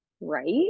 right